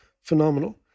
phenomenal